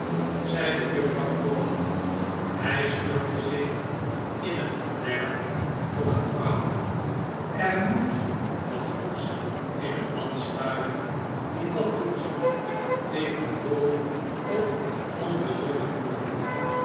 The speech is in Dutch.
zeide juffrouw crawley hij stortte zich in het verderf voor een vrouw er moet wat goeds in een man schuilen die dat doet ik ben dol op onbezonnen huwelijken